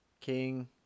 King